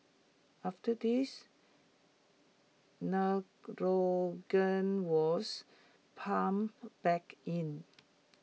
after this nitrogen was pumped back in